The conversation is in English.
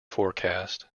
forecast